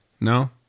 No